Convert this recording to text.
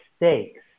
mistakes